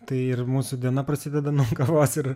tai ir mūsų diena prasideda nuo kavos ir